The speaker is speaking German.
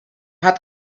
hat